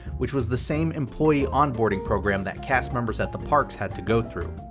which was the same employee onboarding program that cast members at the parks had to go through.